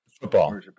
Football